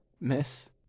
Miss